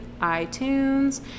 iTunes